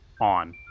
on